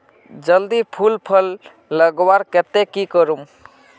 जल्दी फूल फल लगवार केते की करूम?